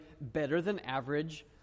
better-than-average